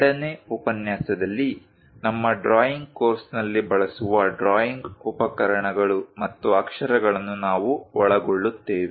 ಎರಡನೇ ಉಪನ್ಯಾಸದಲ್ಲಿ ನಮ್ಮ ಡ್ರಾಯಿಂಗ್ ಕೋರ್ಸ್ನಲ್ಲಿ ಬಳಸುವ ಡ್ರಾಯಿಂಗ್ ಉಪಕರಣಗಳು ಮತ್ತು ಅಕ್ಷರಗಳನ್ನು ನಾವು ಒಳಗೊಳ್ಳುತ್ತೇವೆ